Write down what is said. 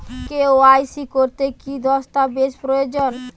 KYC করতে কি দস্তাবেজ প্রয়োজন?